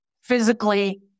physically